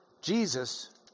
Jesus